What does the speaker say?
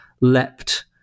leapt